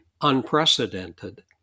unprecedented